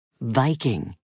Viking